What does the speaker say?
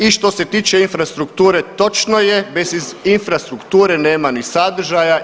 I što se tiče infrastrukture, točno je bez infrastrukture nema ni sadržaja.